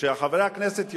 חברי הכנסת יודעים,